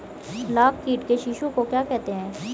लाख कीट के शिशु को क्या कहते हैं?